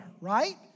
right